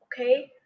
okay